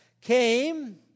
came